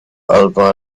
alba